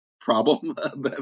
problem